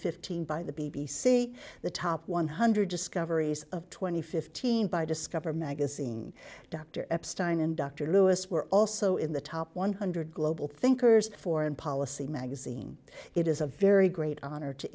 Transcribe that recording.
fifteen by the b b c the top one hundred discoveries of twenty fifteen by discover magazine dr epstein and dr lewis were also in the top one hundred global thinkers foreign policy magazine it is a very great honor to